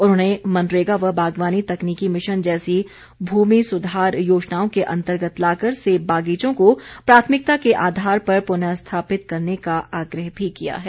उन्होंने मनरेगा व बागवानी तकनीकी मिशन जैसी भूमि सुधार योजनाओं के अंतर्गत लाकर सेब बागीचों को प्राथमिकता के आधार पर पुनःस्थापित करने का आग्रह भी किया है